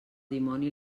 dimoni